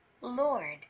Lord